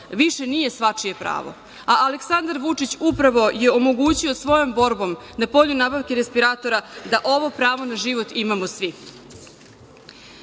više nije svačije pravo, a Aleksandar Vučić upravo je omogućio svojom borbom na polju nabavke respiratora da ovo pravo na život imamo